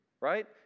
right